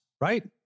right